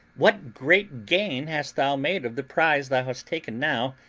what great gain hast thou made of the prize thou hast taken now,